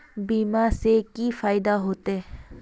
बीमा से की फायदा होते?